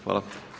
Hvala.